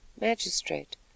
Magistrate